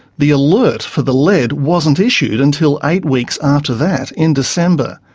the alert for the lead wasn't issued until eight weeks after that, in december.